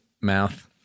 mouth